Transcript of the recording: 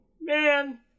man